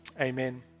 Amen